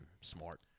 smart